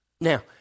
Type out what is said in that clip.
Now